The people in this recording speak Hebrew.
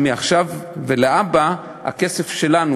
שמעכשיו ולהבא הכסף שלנו,